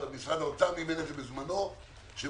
משרד האוצר מימן את זה בזמנו - שראו